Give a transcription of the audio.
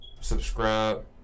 subscribe